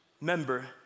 member